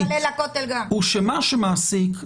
הוא שמה שמעסיק,